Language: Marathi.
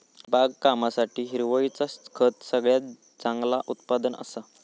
बागकामासाठी हिरवळीचा खत सगळ्यात चांगला उत्पादन असा